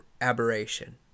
aberration